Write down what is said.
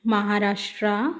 Maharashtra